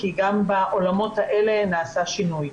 כי גם בעולמות האלה נעשה שינוי.